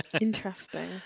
interesting